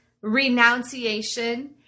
renunciation